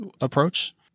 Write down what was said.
approach